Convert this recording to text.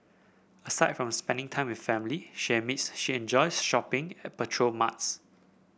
aside from spending time with family she admits she enjoys shopping at petrol marts